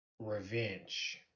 revenge